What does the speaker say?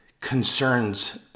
concerns